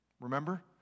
Remember